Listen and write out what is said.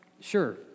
sure